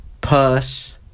Puss